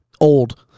old